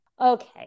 Okay